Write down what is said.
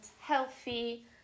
healthy